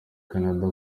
canada